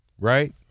right